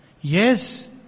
yes